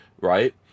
right